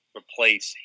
replace